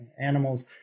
animals